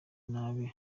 nabi